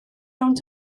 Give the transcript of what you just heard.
rownd